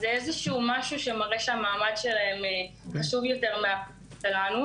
זה מראה שהמעמד שלהם חשוב יותר מאיתנו,